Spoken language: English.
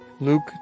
Luke